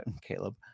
Caleb